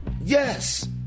Yes